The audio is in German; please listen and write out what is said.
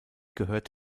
gehört